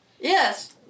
Yes